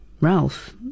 Ralph